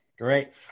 Great